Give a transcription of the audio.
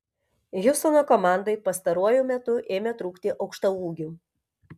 hjustono komandai pastaruoju metu ėmė trūkti aukštaūgių